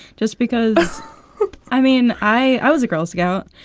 just because i mean, i i was a girl scout.